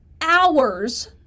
hours